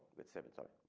with seven sorry.